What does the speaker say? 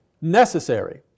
necessary